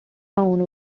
town